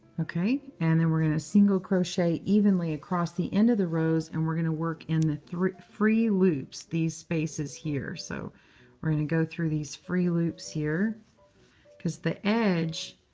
ok. and then we're in a single crochet evenly across the end of the rows, and we're going to work in the free loops these spaces here. so we're going to go through these free loops here because the edge